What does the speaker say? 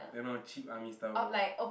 then all cheap army stuff lor